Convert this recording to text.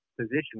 position